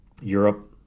Europe